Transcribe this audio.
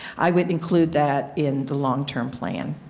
i would include that in the long-term plan.